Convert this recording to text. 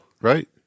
right